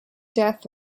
death